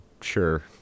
sure